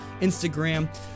Instagram